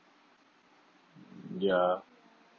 ya